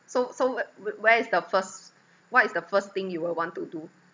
so so wh~ where is the first what is the first thing you will want to do